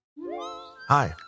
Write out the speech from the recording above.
Hi